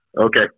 Okay